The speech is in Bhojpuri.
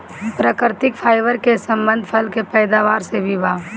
प्राकृतिक फाइबर के संबंध फल के पैदावार से भी बा